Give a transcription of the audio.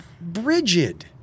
Bridget